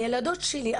הילדות שלי,